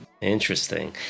Interesting